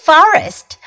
Forest